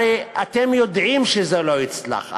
הרי אתם יודעים שזה לא יצלח,